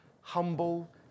humble